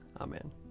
Amen